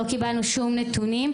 לא קיבלנו שום נתונים,